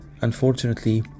Unfortunately